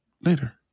later